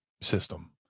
system